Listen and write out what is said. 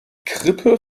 gerippe